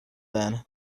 then